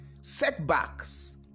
setbacks